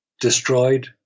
destroyed